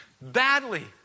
badly